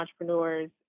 entrepreneurs